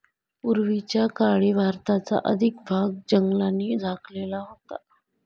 पूर्वीच्या काळी भारताचा अधिक भाग जंगलांनी झाकलेला होता